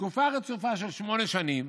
תקופה רצופה של שמונה שנים,